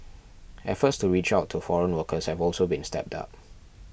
efforts to reach out to foreign workers have also been stepped up